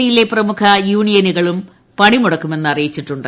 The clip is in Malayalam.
സി യിലെ പ്രമുഖ യൂണിയനുകളും പണിമുടക്കുമെന്ന് അറിയിച്ചിട്ടുണ്ട്